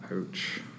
Ouch